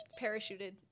Parachuted